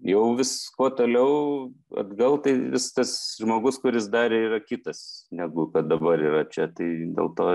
jau vis kuo toliau atgal tai vis tas žmogus kuris darė yra kitas negu dabar yra čia tai dėl to